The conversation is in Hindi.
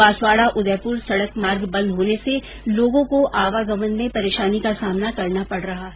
बांसवाड़ा उदयपुर सड़क मार्ग बंद होने से लोगों को आवागमन में परेशानी का सामना करना पड़ रहा है